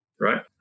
right